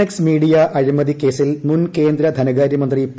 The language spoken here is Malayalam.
എക്സ് മീഡിയ അഴിമതി കേസിൽ മുൻ കേന്ദ്രധനകാര്യമന്ത്രി പി